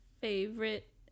favorite